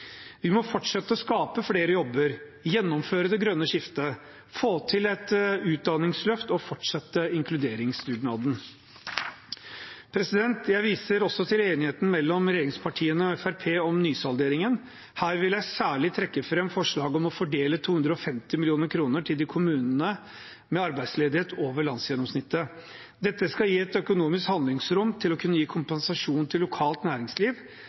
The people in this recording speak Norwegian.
Vi må fortsette å skape flere jobber, gjennomføre det grønne skiftet, få til et utdanningsløft og fortsette inkluderingsdugnaden. Jeg viser også til enigheten mellom regjeringspartiene og Fremskrittspartiet om nysalderingen. Her vil jeg særlig trekke fram forslaget om å fordele 250 mill. kr til kommunene med arbeidsledighet over landsgjennomsnittet. Dette skal gi et økonomisk handlingsrom til å kunne gi kompensasjon til lokalt næringsliv